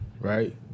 right